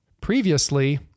Previously